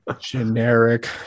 Generic